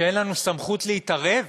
שאין לנו סמכות להתערב?